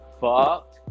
fuck